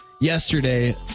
yesterday